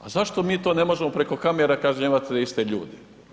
A zašto mi to ne možemo preko kamera kažnjavati te iste ljude?